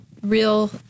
real